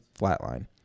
flatline